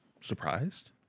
surprised